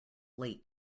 late